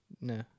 No